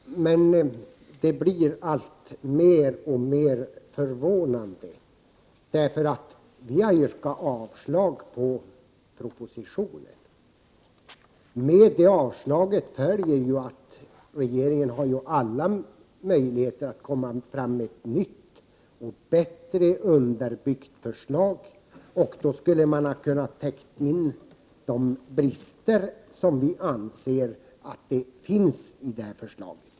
Herr talman! Det blir alltmer förvånande. Vi yrkar ju avslag på propositionen. Med yrkandet följer att regeringen har alla möjligheter att komma tillbaka med ett nytt och bättre underbyggt förslag, där man täcker in de brister som vi anser att förslaget har.